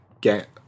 get